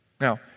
Now